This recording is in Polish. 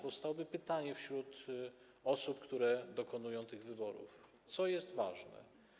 Powstałoby pytanie wśród osób, które dokonują tych wyborów: Co jest ważne?